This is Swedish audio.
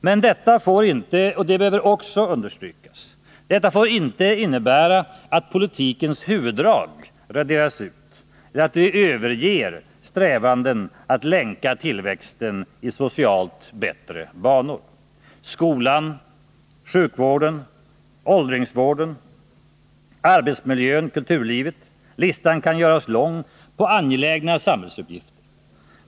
Men detta får inte — och det behöver också understrykas — innebära att politikens huvuddrag raderas ut eller att vi överger strävanden att länka tillväxten i socialt bättre banor. Skolan, sjukvården, åldringsvården, arbetsmiljön, kulturlivet — listan kan göras lång på angelägna samhällsuppgifter.